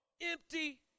empty